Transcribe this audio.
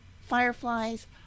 fireflies